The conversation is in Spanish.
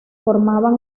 formaban